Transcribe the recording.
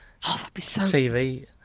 TV